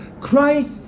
Christ